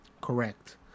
Correct